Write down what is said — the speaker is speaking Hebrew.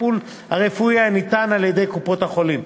הטיפול הרפואי ניתן על-ידי קופות-החולים.